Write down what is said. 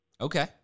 Okay